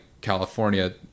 California